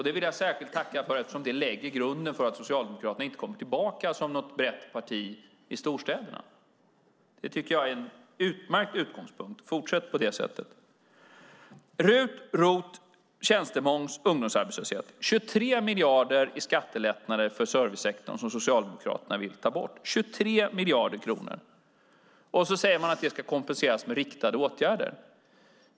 Det vill jag särskilt tacka för eftersom det lägger grunden för att Socialdemokraterna inte kommer tillbaka som något brett parti i storstäderna. Det tycker jag är en utmärkt utgångspunkt. Fortsätt på det sättet! RUT, ROT, tjänstemoms och ungdomsarbetslöshet - det är 23 miljarder i skattelättnader för servicesektorn som Socialdemokraterna vill ta bort. Det är 23 miljarder kronor, och så säger man att det ska kompenseras med riktade åtgärder.